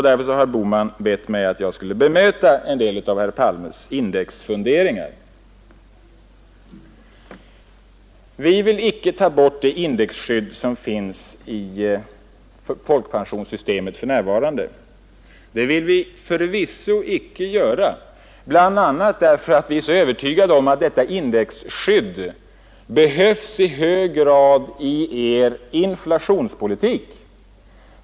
Därför har herr Bohman bett mig att bemöta en del av herr Palmes funderingar. Vi vill förvisso icke ta bort det indexskydd som finns i folkpensionssystemet, bl.a. därför att vi är så övertygade om att detta indexskydd i hög grad behövs i Er inflationspolitik.